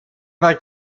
war